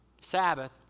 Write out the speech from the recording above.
Sabbath